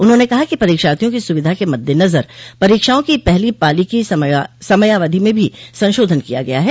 उन्होंने कहा कि परीक्षार्थियों की सुविधा के मद्देनजर परीक्षाओं की पहली पाली की समयावधि में भी संशोधन किया गया है